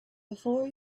before